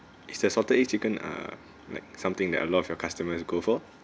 is the salted egg chicken uh like something that a lot of your customers go for